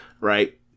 right